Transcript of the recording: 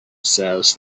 says